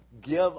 give